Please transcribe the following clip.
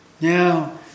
Now